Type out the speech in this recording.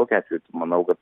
kokiu atveju manau kad